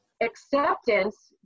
acceptance